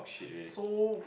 so